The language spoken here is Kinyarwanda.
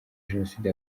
jenoside